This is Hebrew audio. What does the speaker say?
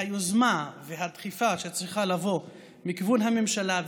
והיוזמה והדחיפה שצריכה לבוא מכיוון הממשלה,